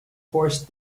forced